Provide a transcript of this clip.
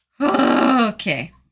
Okay